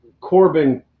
Corbin